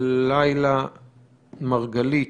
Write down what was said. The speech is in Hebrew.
לילה מרגלית